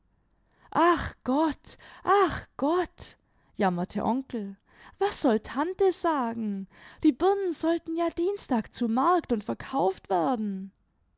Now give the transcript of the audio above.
ach gott ach gott jammerte onkel was soll tante sagen die birnen sollten ja dienstag zu markt und verkauft werden